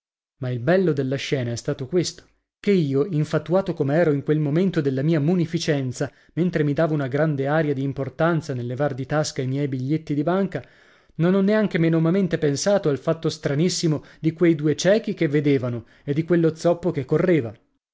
ma il bello della scena è stato questo che io infatuato come ero in quel momento della mia munificenza mentre mi davo una grande aria di importanza nel levar di tasca i miei biglietti di banca non ho neanche menomamente pensato al fatto stranissimo di quei due ciechi che vedevano e di quello zoppo che correva